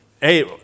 hey